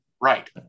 Right